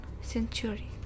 century